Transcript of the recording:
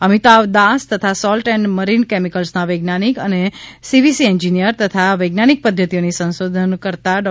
અમિતાવ દાસ તથા સોલ્ટ અને મરીન કેમિકલ્સના વૈજ્ઞાનિક અને સિવિસ એન્જિનિયરીગ તથા વૈજ્ઞાનિક પધ્ધતિઓની સંશોધનો કરતા ડો